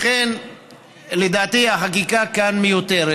לכן, לדעתי, החקיקה כאן מיותרת,